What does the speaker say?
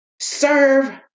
serve